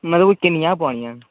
मतलब किन्नियां पोआनियां न